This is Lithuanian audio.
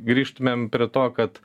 grįžtumėm prie to kad